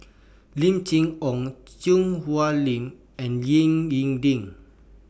Lim Chee Onn Choo Hwee Lim and Ying in Ding